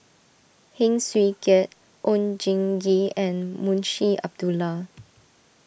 Heng Swee Keat Oon Jin Gee and Munshi Abdullah